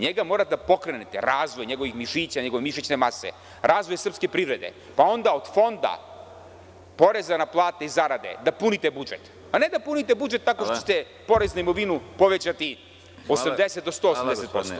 Njega morate da pokrenete, razvoj njegovih mišića, njegove mišićne mase, razvoj srpske privrede, pa onda od fonda, poreza na plate i zarade da punite budžet, a ne da punite budžet tako što ćete porez na imovinu povećati 80 do 100%